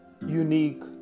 unique